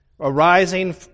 arising